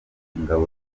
ingabo